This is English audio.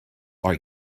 are